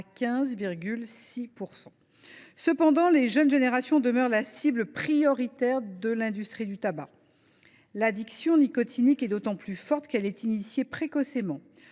15,6 %. Cependant, les jeunes générations demeurent la cible prioritaire de l’industrie du tabac. L’addiction nicotinique est d’autant plus forte qu’elle est initiée précocement.